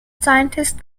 scientists